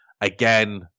again